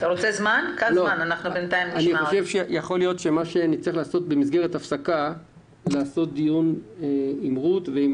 יכול להיות שבהפסקת הדיון נצטרך לדון עם רות דיין מדר,